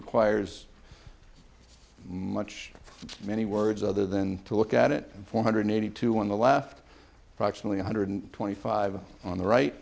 requires much many words other than to look at it four hundred and eighty two on the left proximately one hundred and twenty five on the right